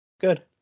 good